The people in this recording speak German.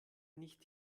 nicht